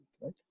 right